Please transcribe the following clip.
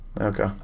Okay